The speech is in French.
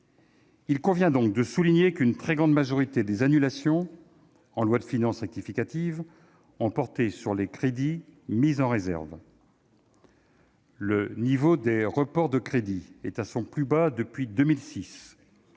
Il convient donc de souligner qu'une très grande majorité des annulations, en loi de finances rectificative, ont porté sur les crédits mis en réserve. Le niveau des reports de crédits est à son plus bas depuis 2006